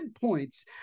points